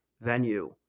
venue